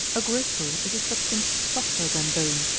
a gristle is a substance softer than bone,